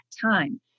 time